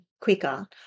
quicker